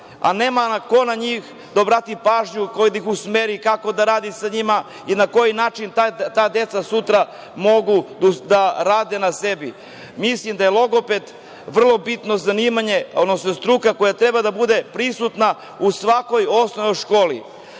a nema ko na njih da obrati pažnju, ko da ih usmeri i kako da radi sa njima i na koji način ta deca sutra mogu da rade na sebi. Mislim da je logoped vrlo bitna struka koja treba da bude prisutna u svakoj osnovnoj školi,